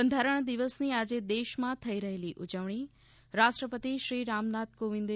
બંધારણ દિવસની આજે દેશમાં થઇ રહેલી ઉજવણી રાષ્ટ્રપતિશ્રી રામનાથ કોવિંદે